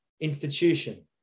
institution